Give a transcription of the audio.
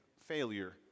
failure